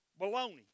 baloney